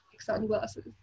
sunglasses